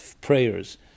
prayers